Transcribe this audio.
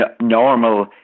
normal